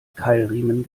keilriemen